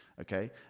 Okay